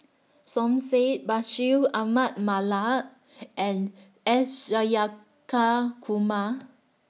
Som Said Bashir Ahmad Mallal and S